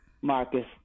Marcus